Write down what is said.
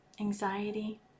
anxiety